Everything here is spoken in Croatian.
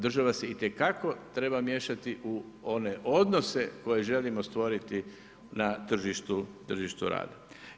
Država se itekako treba miješati u one odnose koje želimo stvoriti na tržištu rada.